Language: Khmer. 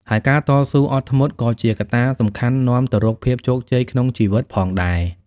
ហើយការតស៊ូ អត់ធ្មត់ ក៏ជាកត្តាសំខាន់នាំទៅរកភាពជោគជ័យក្នុងជីវិតផងដែរ។